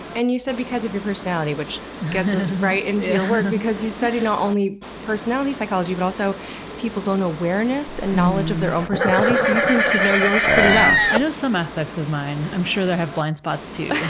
and you said, because of your personality which gets us right and your work because you study not only personality psychology, but also people's own awareness and knowledge of their own personality, so you seem to know yours pretty well. i know some aspects of mine. i'm sure that i have blind spots too.